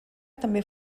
també